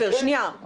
לא, עופר, שנייה.